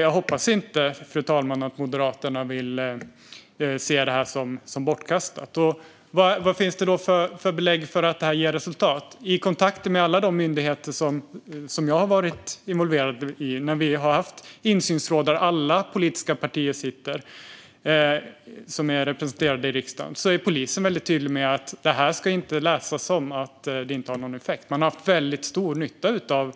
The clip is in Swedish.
Jag hoppas inte, fru talman, att Moderaterna vill se det som bortkastat. Vad finns det då för belägg för att detta ger resultat? Jag tänker på kontakter med myndigheter som jag har varit involverad i. Vi har insynsråd där alla politiska partier som är representerade i riksdagen sitter. Då är polisen väldigt tydlig med att detta inte ska läsas som att det inte har någon effekt. Man har haft väldigt stor nytta av